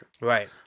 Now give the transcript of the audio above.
Right